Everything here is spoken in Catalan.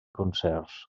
concerts